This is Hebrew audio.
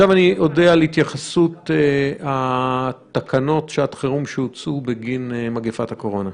אודה על ההתייחסות לתקנות שעת חירום שהוצאו בגין מגפת הקורונה.